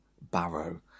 barrow